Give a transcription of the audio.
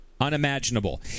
unimaginable